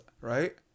right